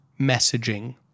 messaging